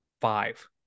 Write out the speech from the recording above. five